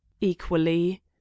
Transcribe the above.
Equally